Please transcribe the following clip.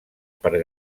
per